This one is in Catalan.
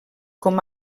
com